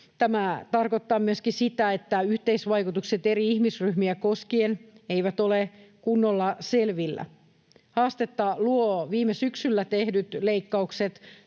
Tämä tarkoittaa myöskin sitä, että yhteisvaikutukset eri ihmisryhmiä koskien eivät ole kunnolla selvillä. Haastetta luovat viime syksynä tehdyt leikkaukset